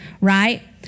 right